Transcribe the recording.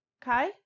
Kai